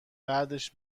بعدش